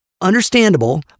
understandable